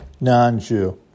non-Jew